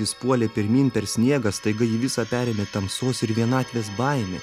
jis puolė pirmyn per sniegą staiga jį visą perėmė tamsos ir vienatvės baimė